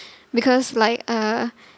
because like uh